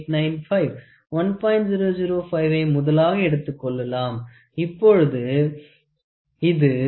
005 வை முதலாக எடுத்துக்கொள்ளலாம் இப்பொழுது இது 56